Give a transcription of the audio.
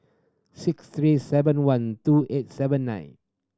six three seven one two eight seven nine